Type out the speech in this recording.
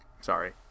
sorry